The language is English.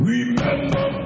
Remember